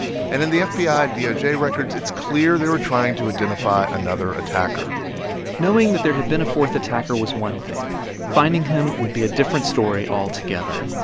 and in the fbi ah and doj records, it's clear they were trying to identify another attacker knowing that there had been a fourth attacker was one thing finding him would be a different story altogether.